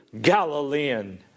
Galilean